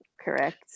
Correct